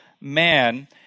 man